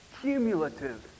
cumulative